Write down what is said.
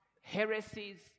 heresies